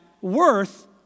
worth